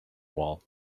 wall